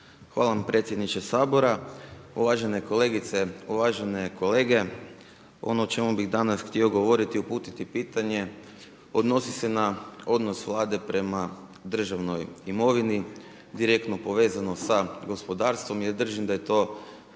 Hvala vam predsjedniče Sabora, uvažene kolegice, uvažene kolege. Ono o čemu bih danas htio govoriti, uputiti pitanje odnosi se na odnos Vlade prema državnoj imovini direktno povezano sa gospodarstvom jer držim da je to